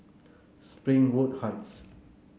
Springwood Heights